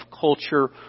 culture